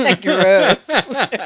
Gross